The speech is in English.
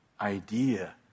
idea